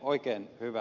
oikein hyvä